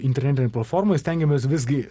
internetinėj platformoj stengiamės visgi